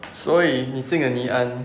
所以你进了 ngee ann